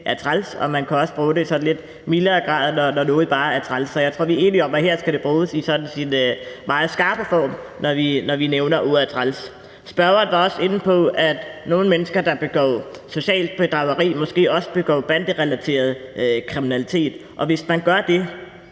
er træls, og man kan også bruge det i en sådan lidt mildere grad, når noget bare er træls. Jeg tror, vi er enige om, at her skal det bruges i sin sådan meget skarpe form, når vi nævner ordet træls. Spørgeren var også inde på, at nogle mennesker, der begår socialt bedrageri, måske også begår banderelateret kriminalitet, og hvis man gør det,